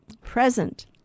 Present